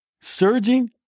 Surging